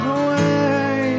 away